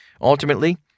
Ultimately